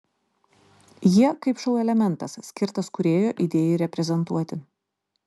jie kaip šou elementas skirtas kūrėjo idėjai reprezentuoti